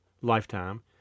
lifetime